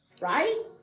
right